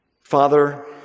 Father